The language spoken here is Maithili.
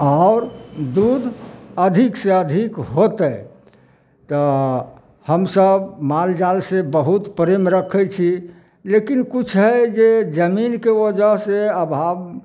आओर दूध अधिक से अधिक होतै तऽ हमसब मालजाल से बहुत प्रेम रक्खै छी लेकिन किछु हइ जे जमीनके ओजह से अभाब